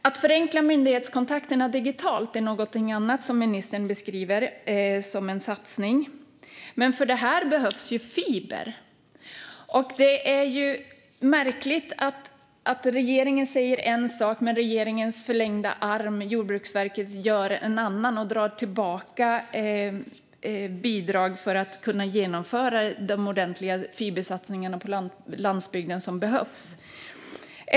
Att förenkla myndighetskontakterna digitalt är något annat som ministern beskriver som en satsning. Men för detta behövs fiber. Det är märkligt att regeringen säger en sak medan regeringens förlängda arm, Jordbruksverket, gör en annan då man drar tillbaka bidrag för att kunna genomföra de ordentliga fibersatsningar på landsbygden som behövs.